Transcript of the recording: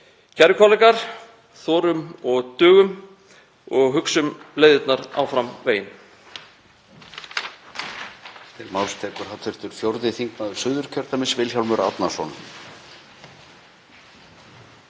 Kæru kollegar. Þorum og dugum og hugsum leiðirnar áfram veginn.